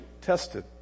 tested